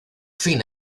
fin